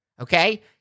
okay